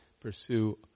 pursue